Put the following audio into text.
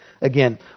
again